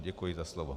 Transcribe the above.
Děkuji za slovo.